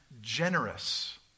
generous